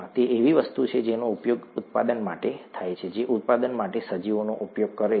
તે એવી વસ્તુ છે જેનો ઉપયોગ ઉત્પાદન માટે થાય છે જે ઉત્પાદન માટે સજીવોનો ઉપયોગ કરે છે